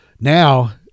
now